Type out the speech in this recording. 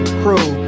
crew